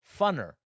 funner